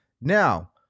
Now